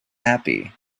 happy